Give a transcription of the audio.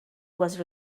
was